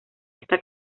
esta